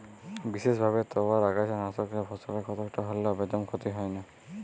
বিসেসভাবে তইয়ার আগাছানাসকলে ফসলের কতকটা হল্যেও বেদম ক্ষতি হয় নাই